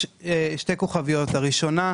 יש שתי כוכביות: ראשית,